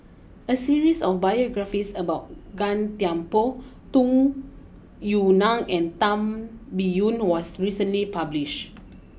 a series of biographies about Gan Thiam Poh Tung Yue Nang and Tan Biyun was recently publish